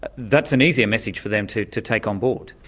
but that's an easier message for them to to take on board.